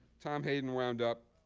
tom hayden wound up